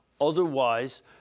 Otherwise